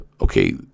okay